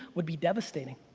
would be devastating.